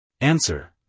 Answer